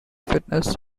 fitness